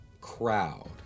crowd